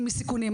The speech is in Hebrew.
סיכונים,